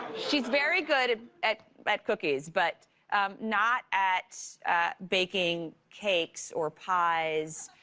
she's very good at at but cookies, but not at baking cakes or pies,